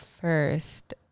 first